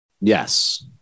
yes